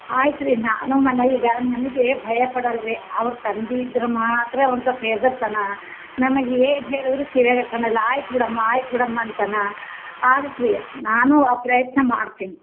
ಆಯ್ತು ರೀ ನಾನು ಮನೆಯಲ್ಲಿ ಈಗ ನಮಗೆ ಭಯ ಪಡಲ್ಲರಿ ಅವರ ತಂದೆ ಇದ್ರೆ ಮಾತ್ರ ಅವನು ಸ್ವಲ್ಪ ಹೆದರ್ತಾನೆ ನಮಗೆ ಏನು ಹೇಳಿದರು ಕಿವಿಯಾಗೆ ಹಾಕಣಲ್ಲ ಆಯಿತು ಬಿಡಮ್ಮ ಆಯಿತು ಬಿಡಮ್ಮ ಅಂತಾನೆ ಆಗತ್ತೆ ರೀ ನಾನೂ ಆ ಪ್ರಯತ್ನ ಮಾಡ್ತೀನಿ